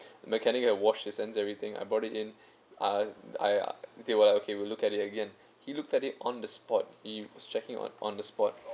mechanic has washed his hands everything I brought it in a I I they were like okay we'll look at it again he looked at it on the spot he was checking on on the spot